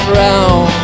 round